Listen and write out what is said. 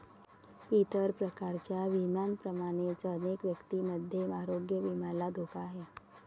इतर प्रकारच्या विम्यांप्रमाणेच अनेक व्यक्तींमध्ये आरोग्य विम्याला धोका आहे